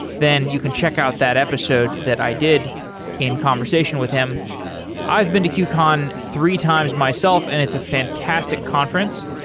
then you can check out that episode that i did in conversation with him i've been to qcon three times myself and it's a fantastic conference.